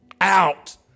out